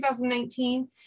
2019